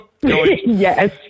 Yes